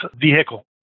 vehicle